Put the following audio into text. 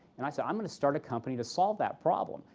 and i said, i'm going to start a company to solve that problem.